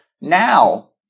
Now